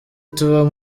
tour